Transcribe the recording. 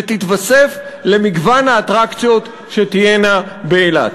שתתווסף למגוון האטרקציות שתהיינה באילת.